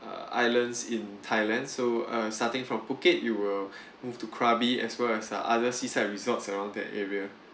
err islands in thailand so uh starting from phuket you will move to krabi as well as uh other seaside resorts around that area